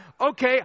okay